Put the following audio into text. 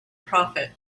prophet